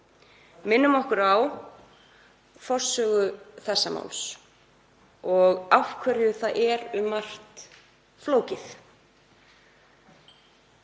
minnum okkur á forsögu þessa máls og af hverju það er um margt flókið.